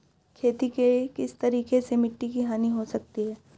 खेती के किस तरीके से मिट्टी की हानि हो सकती है?